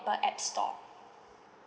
app store